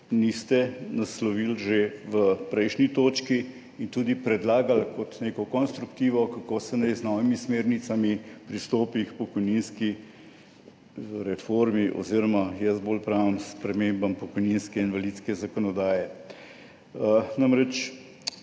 niste naslovili že v prejšnji točki in tudi predlagali kot neko konstruktivno, kako naj se z novimi smernicami pristopi k pokojninski reformi oziroma jaz bolj pravim spremembam pokojninske in invalidske zakonodaje?